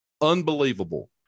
Unbelievable